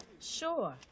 sure